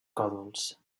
còdols